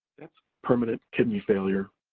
that's permanent kidney failure.